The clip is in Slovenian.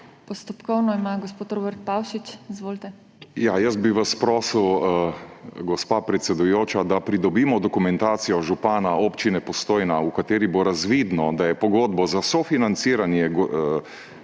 Postopkovno ima gospod Robert Pavšič. Izvolite. ROBERT PAVŠIČ (PS LMŠ): Jaz bi vas prosil, gospa predsedujoča, da pridobimo dokumentacijo župana Občine Postojna, v kateri bo razvidno, da je pogodbo za sofinanciranje